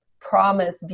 promise